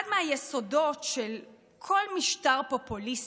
אחד מהיסודות של כל משטר פופוליסטי,